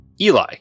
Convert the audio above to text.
Eli